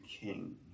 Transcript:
king